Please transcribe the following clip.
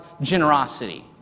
generosity